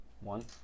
One